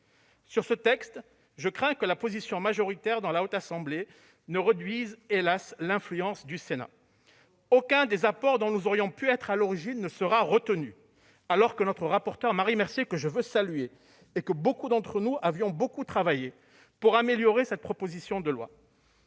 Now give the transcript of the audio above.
Sur ce texte, je crains que la position majoritaire dans la Haute Assemblée ne réduise, hélas ! l'influence du Sénat. Aucun des apports dont nous aurions pu être à l'origine ne sera retenu, alors que notre rapporteur, Marie Mercier- que je veux saluer -et beaucoup d'entre nous avaient beaucoup travaillé pour améliorer cette proposition de loi.